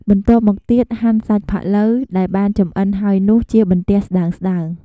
បន្ទាប់មកទៀត ហាន់ សាច់ផាក់ឡូវ ដែលបានចម្អិនហើយនោះ ជាបន្ទះស្តើងៗ។